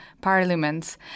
parliaments